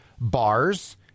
bars